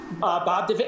Bob